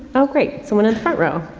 oh, great, someone in the front row.